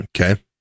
okay